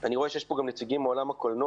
אני רואה שיש פה גם נציגים מעולם הקולנוע,